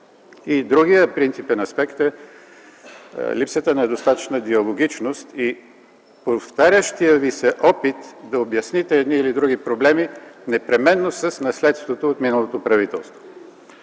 Другият принципен аспект е липсата на достатъчна диалогичност и повтарящият Ви се опит да обясните едни или други проблеми непременно с наследството от миналото правителство.